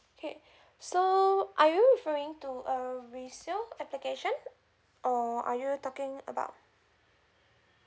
okay so are you referring to a resale application or are you talking about